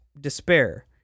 despair